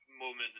Moment